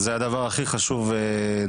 זה הדבר הכי חשוב נדב,